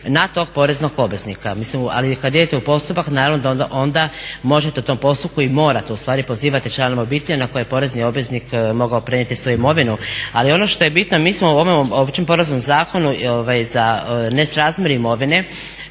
na tog poreznog obveznika. Ali kad idete u postupak naravno da onda možete u tom postupku i morate ustvari pozivati članove … na koje je porezni obveznik mogao prenijeti svoju imovinu. Ali ono što je bitno, mi smo u ovom Općem poreznom zakonu za nesrazmjer imovine